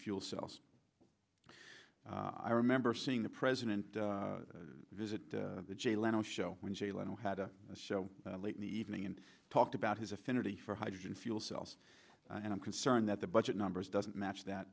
fuel cells i remember seeing the president visit the jay leno show when jay leno had a show late in the evening and talked about his affinity for hydrogen fuel cells and i'm concerned that the budget numbers doesn't match that